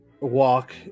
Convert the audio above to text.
walk